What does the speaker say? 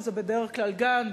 שזה בדרך כלל: גן,